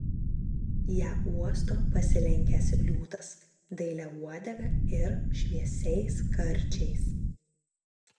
ją uosto pasilenkęs liūtas dailia uodega ir šviesiais karčiais